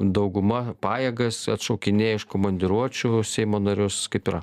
dauguma pajėgas atšaukinėja iš komandiruočių seimo narius kaip yra